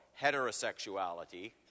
heterosexuality